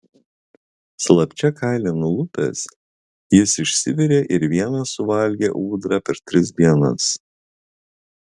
slapčia kailį nulupęs jis išsivirė ir vienas suvalgė ūdrą per tris dienas